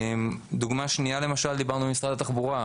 דוגמה שנייה היא במשרד התחבורה,